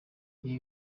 ibi